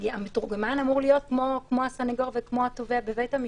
המתורגמן אמור להיות כמו הסנגור וכמו התובע בבית המשפט.